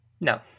No